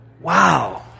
wow